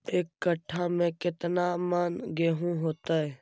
एक कट्ठा में केतना मन गेहूं होतै?